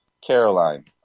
Caroline